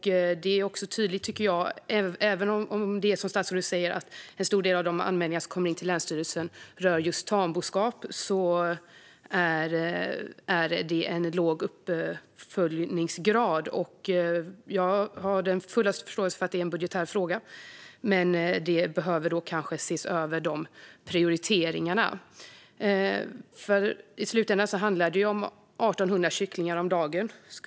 Även om det är som statsrådet säger, att en stor del av de anmälningar som kommer in till länsstyrelsen rör just tamboskap, är det en låg uppföljningsgrad. Jag har den fullaste förståelse för att det är en budgetär fråga, men prioriteringarna behöver kanske ses över. I slutändan handlar det ju om 1 800 kycklingar om dagen.